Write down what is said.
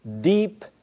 deep